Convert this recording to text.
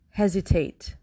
hesitate